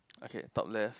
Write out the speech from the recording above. okay top left